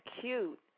cute